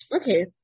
Okay